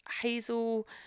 Hazel